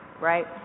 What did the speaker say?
right